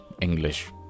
English